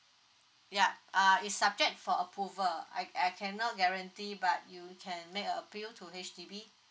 yup uh it's subject for approval I I cannot guarantee but you can make a appeal to H_D_B